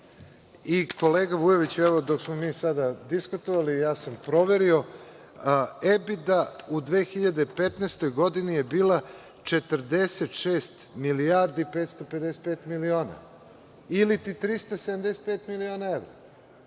dobit. Kolega Vujoviću, evo, dok smo mi sada diskutovali, ja sam proverio, EBITDA u 2015. godini je bila 46 milijardi i 555 miliona ili 375 miliona evra,